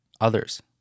others